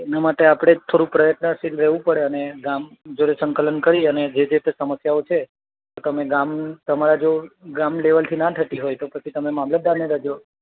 એના માટે આપણે થોડુંક પ્રયત્નશીલ રહેવું પડે અને ગામ જોડે સંકલન કરીને અને જે તે સમસ્યાઓ છે એ તમે ગામ તમારા જો ગામ લેવલથી ન થતી હોય તો પછી તમે મામલતદારને જજો